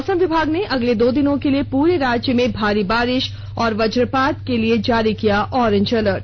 मौसम विभाग ने अगले दो दिनों के लिए पूरे राज्य में भारी बारिश और वज्रपात के लिए जारी किया ऑरेंज अलर्ट